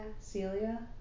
Celia